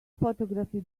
photography